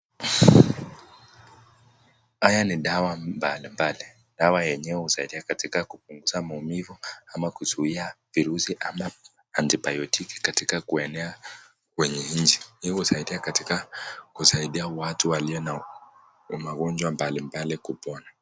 Haya ni dawa mbalimbali dawa enyewe husaidia katika kupunguza maumivu ama kusaidia kuzuia virusi kama antibiotiki, katika kuenea kwenye nchi, kusaidia watu walio na ugunjwa mbalimbali kupona.